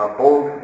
bold